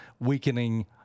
weakening